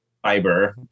Fiber